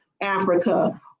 Africa